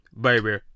baby